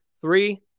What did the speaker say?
Three